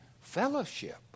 fellowship